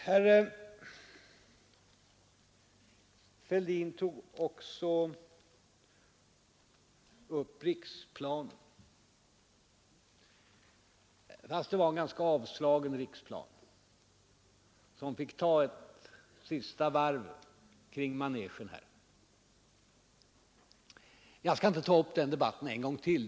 Herr Fälldin tog också upp riksplanen, fast det var en ganska avslagen riksplan, som fick ta ett sista varv kring manegen här. Jag skall inte ta upp den debatten en gång till.